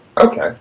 okay